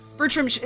Bertram